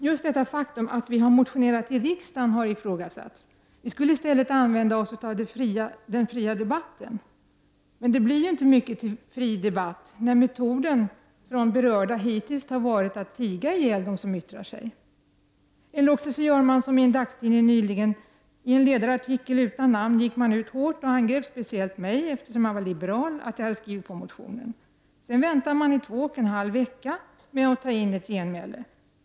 Just detta faktum att vi motionerat i riksdagen har ifrågasatts. Vi skulle i stället använda oss av den fria debatten. Men det blir ju inte mycket till fri debatt, när metoden från berörda hittills har varit att tiga ihjäl dem som yttrar sig. Eller också gör man som i en dagstidning. I en ledarartikel utan namn gick man ut hårt och angrep speciellt mig, eftersom jag är liberal, för att jag har skrivit på motionen. Sedan väntade man i två och en halv vecka med att ta in ett genmäle.